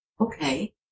Okay